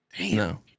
No